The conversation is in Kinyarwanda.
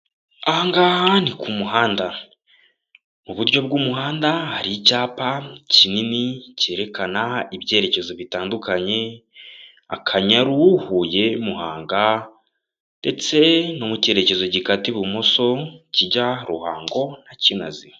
Aha ngaha ni ku muhanda, mu buryo bw'umuhanda, hari icyapa kinini cyerekana ibyerekezo bitandukanye, Akanyaru, Huye, Muhanga, ndetse no mu cyerekezo gikata ibumoso, kijya Ruhango na Kinazi.